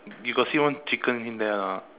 you got see one chicken in there or not